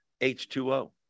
H2O